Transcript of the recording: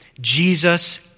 Jesus